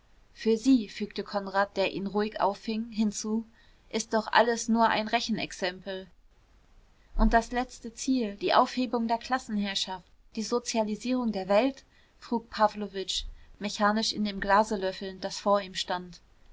für sie fügte konrad der ihn ruhig auffing hinzu ist doch das alles nur noch ein rechenexempel und das letzte ziel die aufhebung der klassenherrschaft die sozialisierung der welt frug pawlowitsch mechanisch in dem glase löffelnd das vor ihm stand